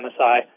MSI